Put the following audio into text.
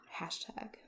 Hashtag